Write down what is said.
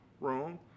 Wrong